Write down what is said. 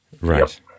Right